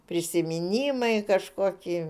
prisiminimai kažkokį